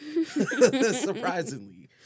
Surprisingly